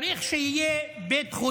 לכן אני עדיין חושב שזה נורא שאין בית חולים